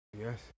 Yes